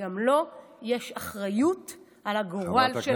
גם לו יש אחריות לגורל של החוק הזה,